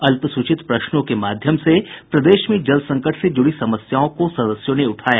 अल्पसूचित प्रश्नों के माध्यम से प्रदेश में जल संकट से जुड़ी समस्याओं को सदस्यों ने उठाया